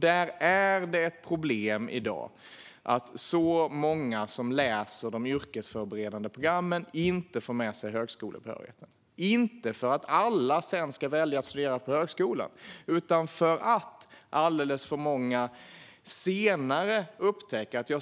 Där är det ett problem i dag att så många som läser de yrkesförberedande programmen inte får med sig högskolebehörighet, inte för att alla sedan ska välja att studera på högskolan utan för att alldeles för många senare upptäcker att de